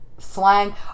Slang